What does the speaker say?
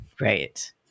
Right